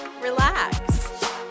relax